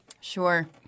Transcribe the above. Sure